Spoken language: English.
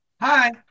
Hi